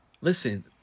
listen